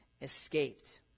escaped